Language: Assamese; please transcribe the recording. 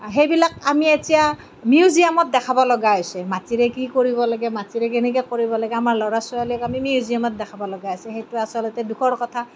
সেইবিলাক আমি এতিয়া মিউজিয়ামত দেখাব লগা হৈছে মাটিৰে কি কৰিব লাগে মাটিৰে কেনেকে কৰিব লাগে আমাৰ ল'ৰা ছোৱালীক আমি মিউজিয়ামত দেখাব লগা হৈছে সেইটো আচলতে দুখৰ কথা